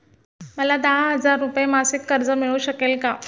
मला दहा हजार रुपये मासिक कर्ज मिळू शकेल का?